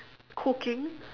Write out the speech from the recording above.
cooking